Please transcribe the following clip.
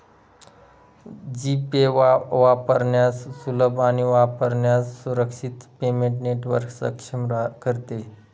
जी Pay वापरण्यास सुलभ आणि वापरण्यास सुरक्षित पेमेंट नेटवर्क सक्षम करते